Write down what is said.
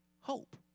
hope